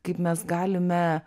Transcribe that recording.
kaip mes galime